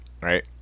right